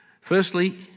Firstly